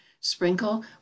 Sprinkle